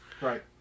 Right